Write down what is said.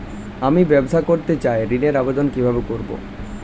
আমি ব্যবসা করতে চাই ঋণের আবেদন কিভাবে করতে পারি?